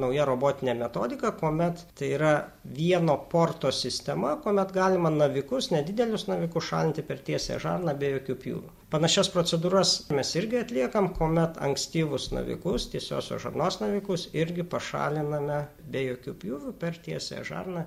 nauja robotinė metodika kuomet tai yra vieno porto sistema kuomet galima navikus nedidelius navikus šalinti per tiesiąją žarną be jokių pjūvių panašias procedūras mes irgi atliekam kuomet ankstyvus navikus tiesiosios žarnos navikus irgi pašaliname be jokių pjūvių per tiesiąją žarną